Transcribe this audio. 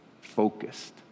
Focused